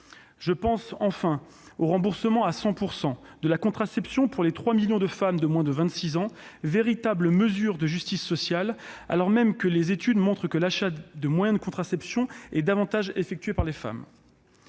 Je pense, enfin, au remboursement à 100 % de la contraception pour les 3 millions de femmes âgées de moins de 26 ans, véritable mesure de justice sociale, puisque les études montrent que l'achat de moyens de contraception est le plus souvent le fait des femmes.